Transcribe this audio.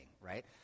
Right